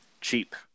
cheap